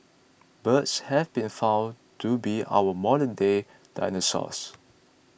birds have been found to be our modernday dinosaurs